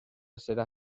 será